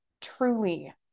truly